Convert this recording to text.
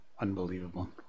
Unbelievable